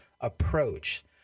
approach